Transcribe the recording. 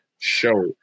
Show